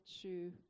true